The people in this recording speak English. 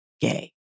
gay